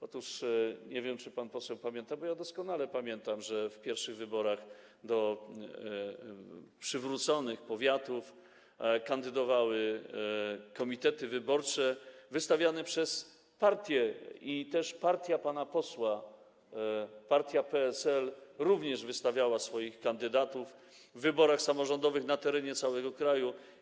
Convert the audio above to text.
Otóż nie wiem, czy pan poseł pamięta, bo ja doskonale pamiętam, że w pierwszych wyborach do przywróconych powiatów kandydowały komitety wyborcze wystawiane przez partie i partia pana posła, partia PSL, również wystawiała swoich kandydatów w wyborach samorządowych na terenie całego kraju.